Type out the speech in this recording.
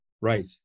Right